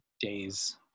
days